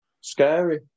Scary